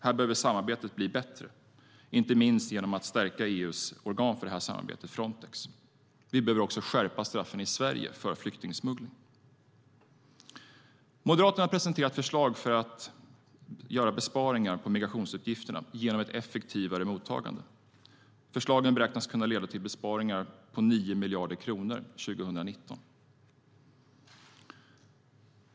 Samarbetet måste bli bättre, inte minst genom att stärka EU:s organ för detta samarbete, Frontex. Det krävs också en skärpning av straffen för människosmuggling i Sverige. Moderaterna har presenterat förslag på besparingar för att begränsa migrationsutgifterna genom ett effektivare mottagande. Förslagen beräknas kunna leda till besparingar på 9 miljarder kronor till år 2019.